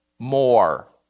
more